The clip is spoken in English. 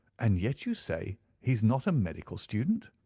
and yet you say he is not a medical student?